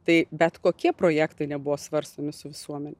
tai bet kokie projektai nebuvo svarstomi su visuomene